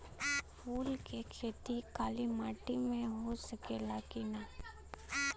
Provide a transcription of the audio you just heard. फूल के खेती काली माटी में हो सकेला की ना?